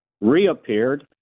reappeared